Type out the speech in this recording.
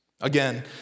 Again